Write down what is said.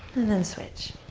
and then switch.